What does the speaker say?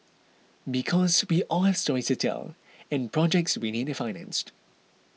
because we all have stories to tell and projects we need financed